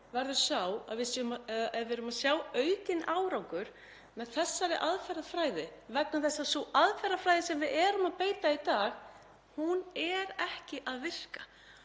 virki. Ef við erum að sjá aukinn árangur með þessari aðferðafræði — vegna þess að sú aðferðafræði sem við erum að beita í dag, hún er ekki að virka